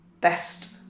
best